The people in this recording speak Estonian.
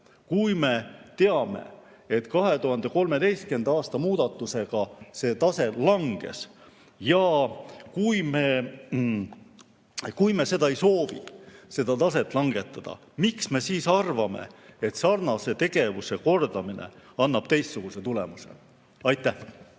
kui me teame, et 2013. aasta muudatusega see tase langes. Kui me ei soovi seda taset langetada, miks me siis arvame, et sarnase tegevuse kordamine annab teistsuguse tulemuse? Aitäh!